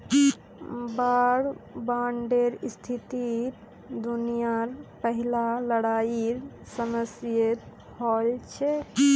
वार बांडेर स्थिति दुनियार पहला लड़ाईर समयेत हल छेक